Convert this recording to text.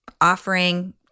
offering